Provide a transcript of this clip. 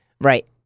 Right